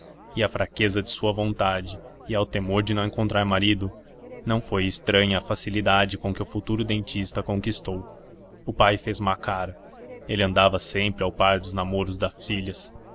e à fraqueza de sua vontade e ao temor de não encontrar marido não foi estranha a facilidade com que o futuro dentista a conquistou o pai fez má cara ele andava sempre a par dos namoros das filhas